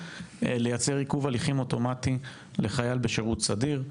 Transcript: לייצר עיכוב הליכים אוטומטי לחייל בשרות סדיר,